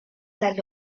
las